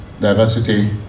diversity